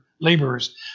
laborers